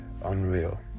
unreal